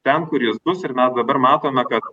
ten kur jis bus ir mes dabar matome kad